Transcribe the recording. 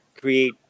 create